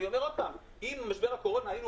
אני א ומר שוב שאם במשבר הקורונה היינו